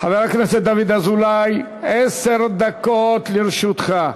חבר הכנסת דוד אזולאי, עשר דקות לרשותך.